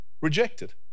rejected